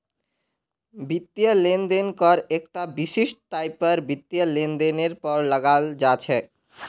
वित्तीय लेन देन कर एकता विशिष्ट टाइपेर वित्तीय लेनदेनेर पर लगाल जा छेक